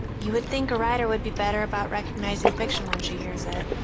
you would think a writer would be better about recognizing fiction when she hears it.